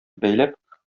бәйләп